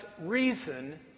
reason